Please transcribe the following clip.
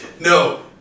no